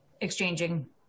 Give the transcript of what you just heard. exchanging